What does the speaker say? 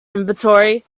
inventory